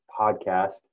podcast